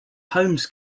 holmes